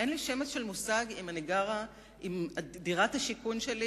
אין לי שמץ של מושג אם דירת השיכון שלי